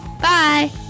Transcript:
Bye